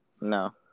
No